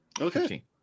Okay